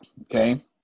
okay